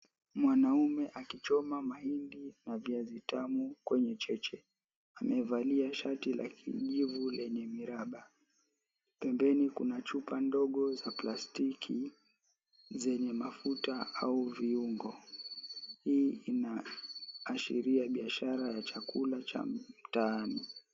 Mwanaume akichoma mahindi na viazi tamu kwenye cheche. Amevalia shati la kijivu lenye miraba. Pembeni kuna chupa ndogo za plastiki zenye mafuta au viungo, hii inaashiria biashara ya chakula cha mtaani.